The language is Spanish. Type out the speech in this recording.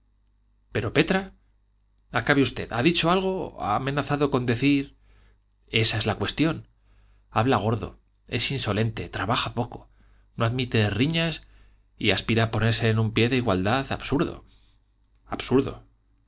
pero petra acabe usted ha dicho algo ha amenazado con decir esa es la cuestión habla gordo es insolente trabaja poco no admite riñas y aspira a ponerse en un pie de igualdad absurdo absurdo